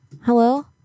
hello